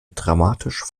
dramatisch